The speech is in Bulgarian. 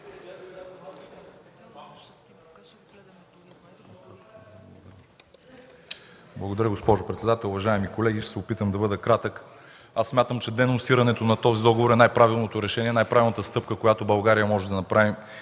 Благодаря, госпожо председател. Уважаеми колеги, ще се опитам да бъда кратък. Аз смятам, че денонсирането на този договор е най-правилното решение и най правилната стъпка, която България може да направи